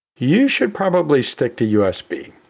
you should probably stick to usb.